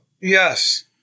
Yes